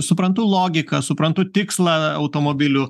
suprantu logiką suprantu tikslą automobilių